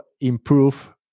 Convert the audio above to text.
improve